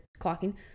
clocking